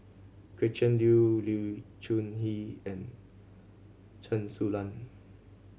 Gretchen Liu Lee Choon Kee and Chen Su Lan